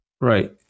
Right